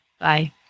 Bye